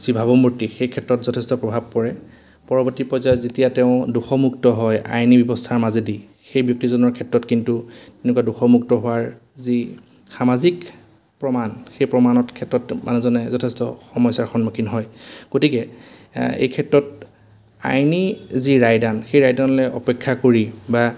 যি ভাৱমূৰ্তি সেই ক্ষেত্ৰত যথেষ্ট প্ৰভাৱ পৰে পৰৱৰ্তী পৰ্যায়ত যেতিয়া তেওঁ দোষমুক্ত হয় আইনী ব্যৱস্থাৰ মাজেদি সেই ব্যক্তিজনৰ ক্ষেত্ৰত কিন্তু তেনেকুৱা দোষমুক্ত হোৱাৰ যি সামাজিক প্ৰমাণ সেই প্ৰমাণৰ ক্ষেত্ৰত মানুহজনে যথেষ্ট সমস্যাৰ সন্মুখীন হয় গতিকে এই ক্ষেত্ৰত আইনী যি ৰায়দান সেই ৰায়দানলৈ অপেক্ষা কৰি বা